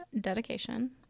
dedication